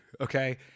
okay